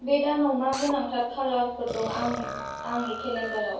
बे दानाव मा गोनांथार खालाफोर दं आंनि केलेन्डाराव